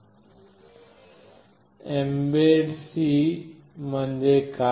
प्रथम embed C म्हणजे काय